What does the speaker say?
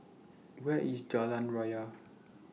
Where IS Jalan Raya